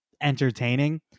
entertaining